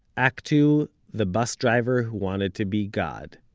act two the bus driver who wanted to be god.